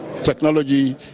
Technology